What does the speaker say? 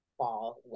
fall